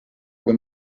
kui